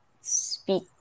speak